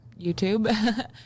YouTube